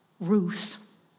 Ruth